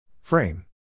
Frame